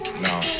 No